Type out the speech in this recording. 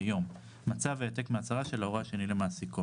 ביום __________ [/מצ"ב העתק מההצהרה של ההורה השני למעסיקו.